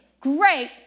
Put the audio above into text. great